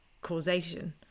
causation